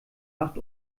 macht